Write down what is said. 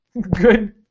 good